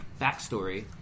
backstory